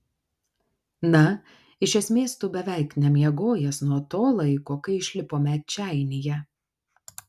na iš esmės tu beveik nemiegojęs nuo to laiko kai išlipome čeinyje